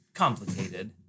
Complicated